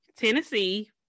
Tennessee